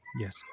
yes